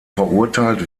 verurteilt